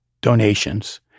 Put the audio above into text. donations